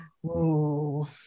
Whoa